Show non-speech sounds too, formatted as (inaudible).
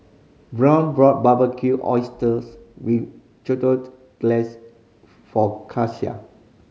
Byron bought Barbecued Oysters with (unintelligible) Glaze for (unintelligible)